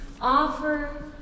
offer